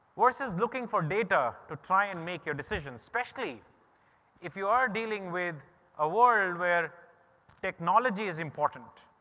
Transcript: versus looking for data to try and make your decisions, especially if you are dealing with a world where technology is important.